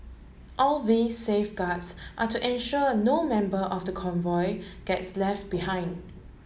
all these safeguards are to ensure no member of the convoy gets left behind